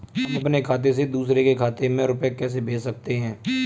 हम अपने खाते से दूसरे के खाते में रुपये कैसे भेज सकते हैं?